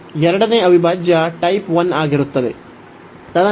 ಎರಡನೆಯ ಅವಿಭಾಜ್ಯ ಟೈಪ್ 1 ಆಗಿರುತ್ತದೆ